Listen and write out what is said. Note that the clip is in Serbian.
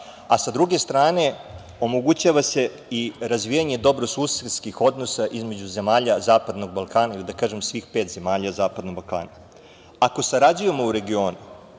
a sa druge strane omogućava se i razvijanje dobrosusedskih odnosa između zemalja zapadnog Balkana, da kažem svih pet zemalja zapadnog Balkana. Ako sarađujemo u regionu